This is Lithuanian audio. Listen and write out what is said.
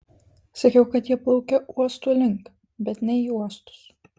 sakiau kad jie plaukia uostų link bet ne į uostus